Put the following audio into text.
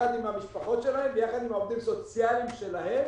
יחד עם המשפחות שלהם ויחד עם העובדים הסוציאליים שלהם.